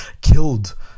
killed